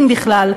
אם בכלל,